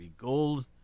gold